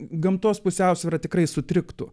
gamtos pusiausvyra tikrai sutriktų